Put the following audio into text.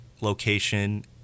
Location